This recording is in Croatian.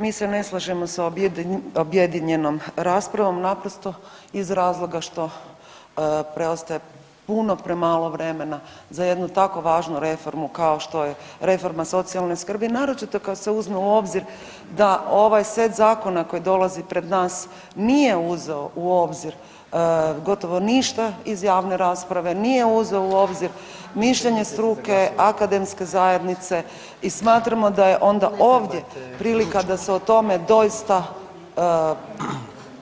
Mi se ne slažemo sa objedinjenom raspravom naprosto iz razloga što preostaje puno premalo vremena za jednu tako važnu reformu kao što je reforma socijalne skrbi naročito kad se uzme u obzir da ovaj set zakona koji dolazi pred nas nije uzeo u obzir gotovo ništa iz javne rasprave, nije uzeo u obzir mišljenje struke, akademske zajednice i smatramo da je onda ovdje prilika da se o tome doista